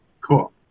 Cool